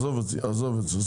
עזוב את זה.